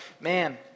man